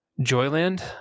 joyland